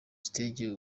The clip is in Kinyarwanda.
stage